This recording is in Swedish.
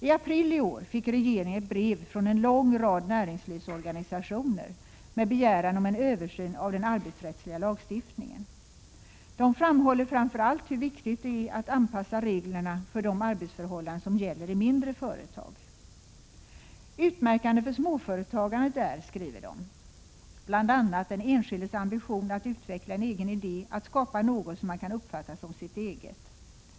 I april fick regeringen ett brev från en lång rad näringslivsorganisationer med begäran om en översyn av den arbetsrättsliga lagstiftningen. De framhåller framför allt hur viktigt det är att anpassa reglerna för de arbetsförhållanden som gäller i mindre företag. ”Utmärkande för småföretagandet är”, skriver de, ”bland annat den enskildes ambition att utveckla en egen idé och att skapa något som han kan uppfatta som sitt eget.